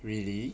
really